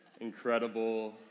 incredible